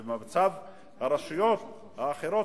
ומצב הרשויות האחרות,